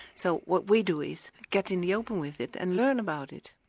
so what we do is get in the open with it and learn about it.